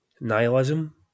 nihilism